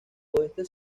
oeste